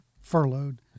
furloughed